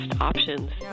options